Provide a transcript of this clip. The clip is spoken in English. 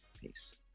Peace